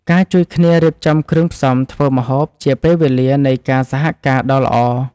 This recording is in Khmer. ការជួយគ្នារៀបចំគ្រឿងផ្សំធ្វើម្ហូបជាពេលវេលានៃការសហការដ៏ល្អ។